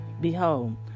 Behold